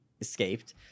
escaped